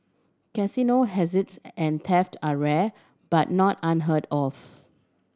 casino heists and theft are rare but not unheard of